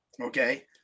Okay